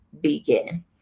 begin